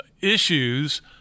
issues